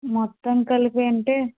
మొత్తం కలిపి అంటే